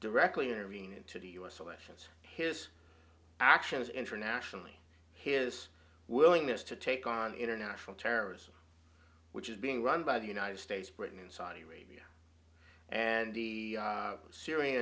directly intervene into the us elections his actions internationally his willingness to take on international terrorism which is being run by the united states britain and saudi arabia and the syria